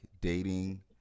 dating